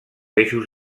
eixos